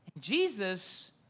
Jesus